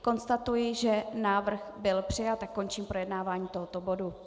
Konstatuji, že návrh byl přijat, a končím projednávání tohoto bodu.